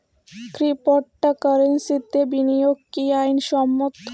ক্রিপ্টোকারেন্সিতে বিনিয়োগ কি আইন সম্মত?